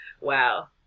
Wow